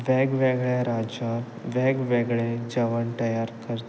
वेग वेगळ्या राज्यांत वेग वेगळें जेवण तयार करता